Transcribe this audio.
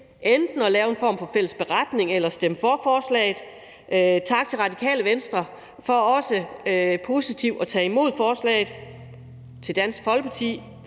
enten at lave en form for fælles beretning eller at stemme for forslaget. Tak til Radikale Venstre for at tage positivt imod forslaget. Tak til Dansk Folkeparti